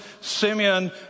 Simeon